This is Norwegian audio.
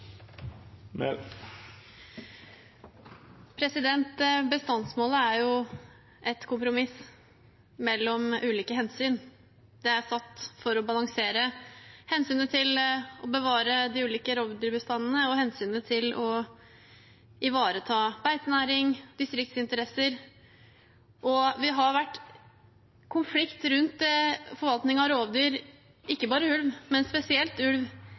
Bestandsmålet er jo et kompromiss mellom ulike hensyn. Det er satt for å balansere hensynet til å bevare de ulike rovdyrbestandene og hensynet til å ivareta beitenæring og distriktsinteresser. Det har vært konflikt rundt forvaltning av rovdyr – ikke bare ulv, men spesielt ulv